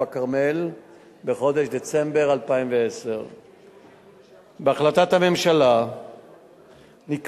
בכרמל בחודש דצמבר 2010. בהחלטת הממשלה נקבע,